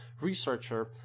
researcher